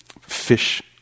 fish